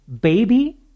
baby